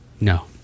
No